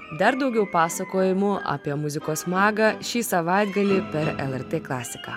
dar daugiau pasakojimų apie muzikos magą šį savaitgalį per lrt klasiką